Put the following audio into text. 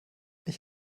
ich